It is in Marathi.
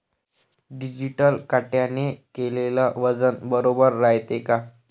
डिजिटल काट्याने केलेल वजन बरोबर रायते का?